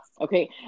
Okay